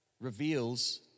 reveals